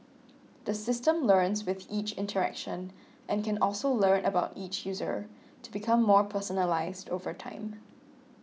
the system learns with each interaction and can also learn about each user to become more personalised over time